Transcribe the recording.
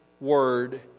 word